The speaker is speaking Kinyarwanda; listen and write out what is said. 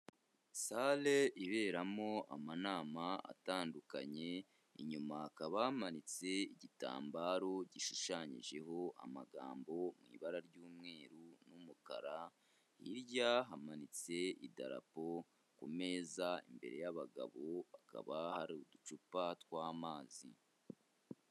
Sale iberamo amanama atandukanye, inyuma hakaba hamanitse igitambaro gishushanyijeho amagambo mu ibara ry'umweru n'umukara, hirya hamanitse idarapo, ku meza imbere y'abagabo hakaba hari uducupa tw'amazi.